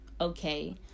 okay